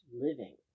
living